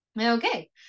Okay